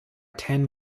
ten